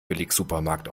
billigsupermarkt